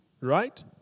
right